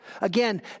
Again